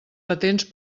patents